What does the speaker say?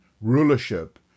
rulership